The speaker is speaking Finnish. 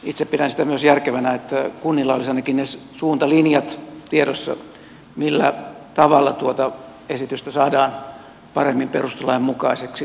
itse myös pidän sitä järkevänä että kunnilla olisi ainakin ne suuntalinjat tiedossa millä tavalla tuota esitystä saadaan paremmin perustuslain mukaiseksi